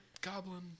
goblin